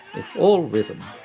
it's all rhythm.